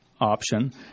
option